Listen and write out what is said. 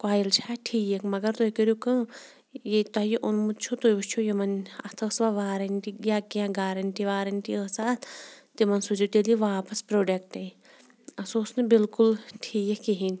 کویِل چھِ اَتھ ٹھیٖک مگر تُہۍ کٔرِو کٲم ییٚتہِ تۄہہِ یہِ اوٚنمُت چھُو تُہۍ وٕچھ یِمَن اَتھ ٲسوٕ وارَنٹی یا کینٛہہ گارَنٹی وارَنٹی ٲسہ اَتھ تِمَن سوٗزِو تیٚلہِ یہِ واپَس پرٛوڈَکٹَے اَ سُہ اوس نہٕ بالکل ٹھیٖک کِہیٖنۍ